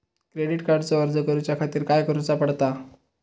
Credit कार्डचो अर्ज करुच्या खातीर काय करूचा पडता?